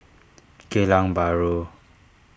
Geylang Bahru